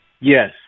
Yes